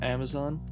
Amazon